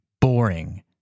boring